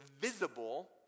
visible